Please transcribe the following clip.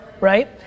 right